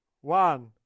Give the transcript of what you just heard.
One